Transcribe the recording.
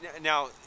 now